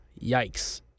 Yikes